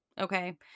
Okay